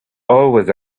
always